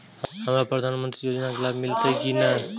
हमरा प्रधानमंत्री योजना के लाभ मिलते की ने?